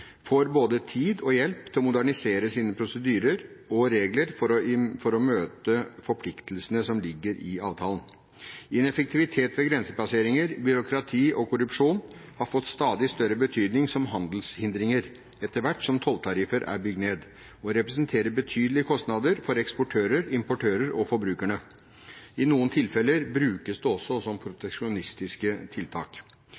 får både tid og hjelp til å modernisere sine prosedyrer og regler for å møte forpliktelsene som ligger i avtalen. Ineffektivitet ved grensepasseringer, byråkrati og korrupsjon har fått stadig større betydning som handelshindringer etter hvert som tolltariffer er bygget ned, og representerer betydelige kostnader for eksportører, importører og forbrukerne. I noen tilfeller brukes det også som proteksjonistiske tiltak.